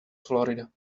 florida